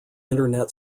internet